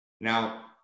Now